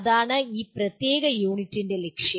അതാണ് ഈ പ്രത്യേക യൂണിറ്റിന്റെ ലക്ഷ്യം